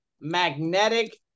magnetic